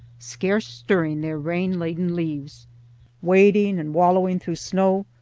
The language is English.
scarce stirring their rain-laden leaves wading and wallowing through snow,